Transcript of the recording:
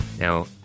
Now